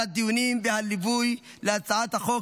על הדיונים והליווי להצעת החוק,